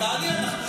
טלי, אנחנו איתך.